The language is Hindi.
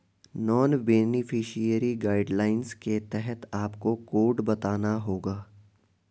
नॉन बेनिफिशियरी गाइडलाइंस के तहत आपको कोड बताना होगा